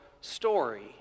story